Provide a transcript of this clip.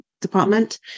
department